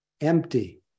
empty